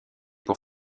pour